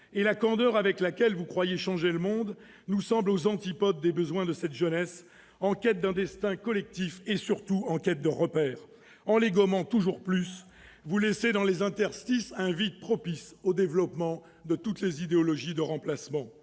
et la candeur avec laquelle vous croyez changer le monde nous semblent aux antipodes des besoins de cette jeunesse en quête d'un destin collectif et surtout de repères. En les gommant toujours plus, vous laissez dans les interstices un vide propice au développement de toutes les idéologies de remplacement.